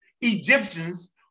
Egyptians